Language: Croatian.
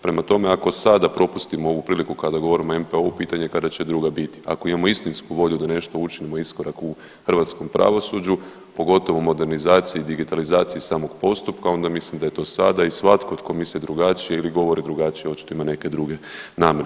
Prema tome, ako sada propustimo ovu priliku kada govorimo o NPO-u pitanje je kada će druga biti, ako imamo istinsku volju da nešto učinimo iskorak u hrvatskom pravosuđu, pogotovo u modernizaciji, digitalizaciji samog postupka onda mislim da je to sada i svatko tko misli drugačije ili govori drugačije očito ima neke druge namjere.